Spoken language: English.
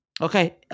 Okay